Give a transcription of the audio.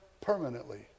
permanently